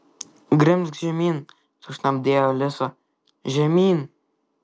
grimzk žemyn sušnabždėjo alisa žemyn